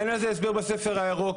אין לזה הסבר בספר הירוק.